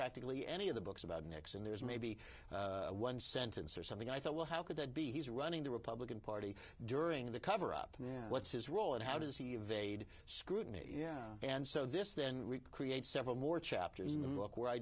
practically any of the books about nixon there's maybe one sentence or something i thought well how could that be he's running the republican party during the cover up what's his role and how does he evaded scrutiny yeah and so this then we create several more chapters in the book where i